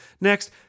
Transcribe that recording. Next